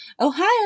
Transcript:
Ohio